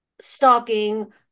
stalking